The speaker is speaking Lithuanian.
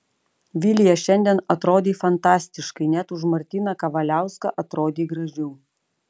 vilija šiandien atrodei fantastiškai net už martyną kavaliauską atrodei gražiau